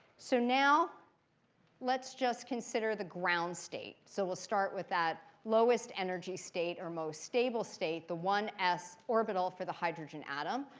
so now let's just consider the ground state. so we'll start with that lowest energy state or most stable state, the one s orbital for the hydrogen atom.